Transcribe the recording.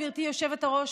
גברתי היושבת-ראש,